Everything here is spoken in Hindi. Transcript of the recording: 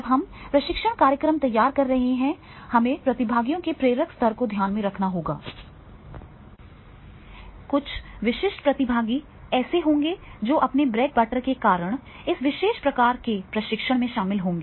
जब भी हम प्रशिक्षण कार्यक्रम तैयार कर रहे हैं हमें प्रतिभागियों के प्रेरक स्तर को ध्यान में रखना होगा कुछ विशिष्ट प्रतिभागी ऐसे होंगे जो अपने ब्रेड बटर के कारण इस विशेष प्रकार के प्रशिक्षण में शामिल होंगे